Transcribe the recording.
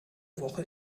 woche